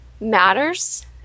matters